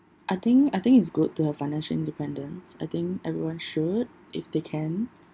I think I think it's good to have financial independence I think everyone should if they can